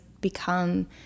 become